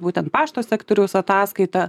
būtent pašto sektoriaus ataskaita